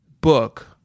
book